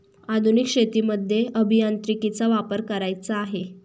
आधुनिक शेतीमध्ये अभियांत्रिकीचा वापर करायचा आहे